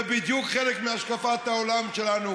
זה בדיוק חלק מהשקפת העולם שלנו,